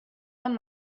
amb